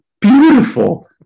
beautiful